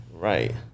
Right